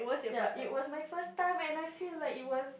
ya it was my first time and I feel like it was